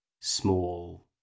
small